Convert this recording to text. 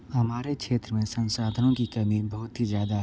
हमारे क्षेत्र मे संसाधन की कमी बहुत ही ज़्यादा है